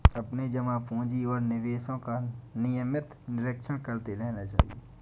अपने जमा पूँजी और निवेशों का नियमित निरीक्षण करते रहना चाहिए